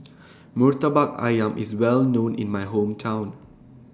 Murtabak Ayam IS Well known in My Hometown